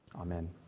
Amen